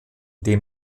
dem